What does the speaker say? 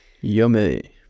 Yummy